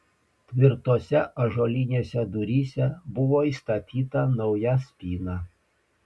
tvirtose ąžuolinėse duryse buvo įstatyta nauja spyna